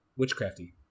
witchcrafty